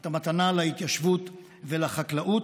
אתה מתנה להתיישבות ולחקלאות,